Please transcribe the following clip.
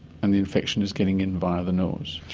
and the infection is getting in via the nose.